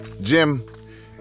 Jim